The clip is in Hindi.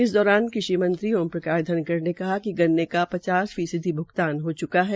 इस दौरान कृषि मंत्री ओम प्रकाश धनखड़ ने कहा कि गन्ने का पचास फीसदी भ्गतान हो चुका है